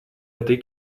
этой